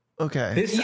Okay